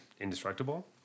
indestructible